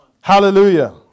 Hallelujah